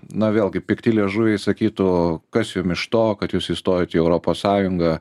na vėlgi pikti liežuviai sakytų kas jum iš to kad jūs įstojot į europos sąjungą